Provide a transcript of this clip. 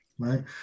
right